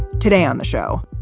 today on the show,